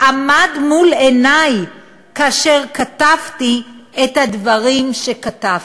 עמד מול עיני כאשר כתבתי את הדברים שכתבתי.